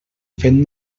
fent